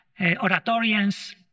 Oratorians